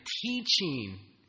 teaching